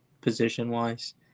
position-wise